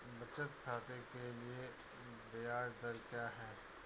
बचत खाते के लिए ब्याज दर क्या है?